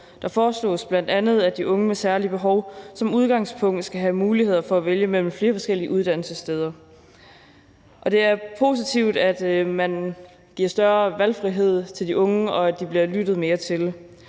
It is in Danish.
Der foreslås bl.a., at de unge med særlige behov som udgangspunkt skal have muligheder for at vælge mellem flere forskellige uddannelsessteder. Det er positivt, at man giver større valgfrihed til de unge, og at de bliver lyttet mere til.